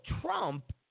Trump